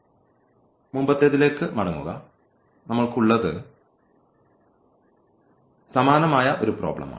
മുമ്പത്തേതിലേക്ക് മടങ്ങുക നമ്മൾക്ക് ഉള്ളത് സമാനമായ ഒരു പ്രോബ്ലമാണ്